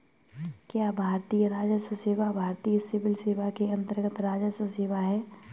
क्या भारतीय राजस्व सेवा भारतीय सिविल सेवा के अन्तर्गत्त राजस्व सेवा है?